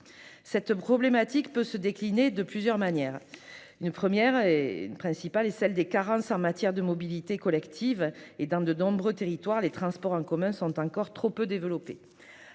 La problématique peut se décliner de plusieurs manières. Une première est celle des carences en matière de mobilité collective. Dans de nombreux territoires, les transports en commun sont encore trop peu développés.